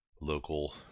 local